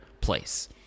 place